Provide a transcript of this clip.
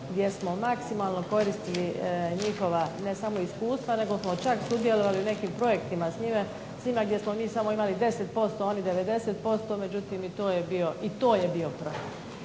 gdje smo maksimalno koristili njihova ne samo iskustva nego smo čak sudjelovali u nekim projektima s njima gdje smo mi samo imali 10%, a oni 90% međutim i to je bio …